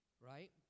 Right